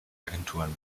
agenturen